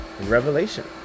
revelation